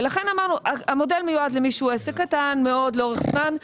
ולכן אמרנו שהמודל מיועד למי שהוא עסק קטן מאוד לאורך זמן,